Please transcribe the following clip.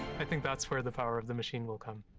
i think that's where the power of the machine will come.